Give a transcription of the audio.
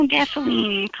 Gasoline